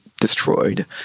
destroyed